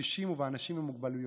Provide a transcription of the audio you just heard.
בקשישים ובאנשים עם מוגבלויות,